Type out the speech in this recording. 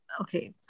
okay